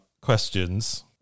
questions